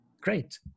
great